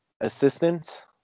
assistant